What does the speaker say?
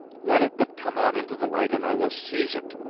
let it but come out into the light and i will seize it.